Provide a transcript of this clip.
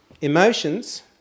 emotions